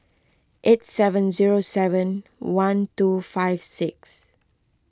eight seven zero seven one two five six